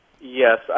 Yes